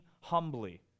humbly